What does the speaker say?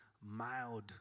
mild